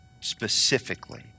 specifically